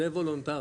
זה וולונטרי.